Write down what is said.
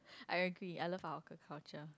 I agree I love our hawker culture